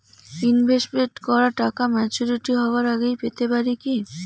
Invest করা টাকা maturity হবার আগেই পেতে পারি কি?